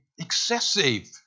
excessive